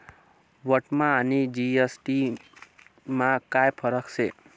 व्हॅटमा आणि जी.एस.टी मा काय फरक शे?